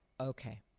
okay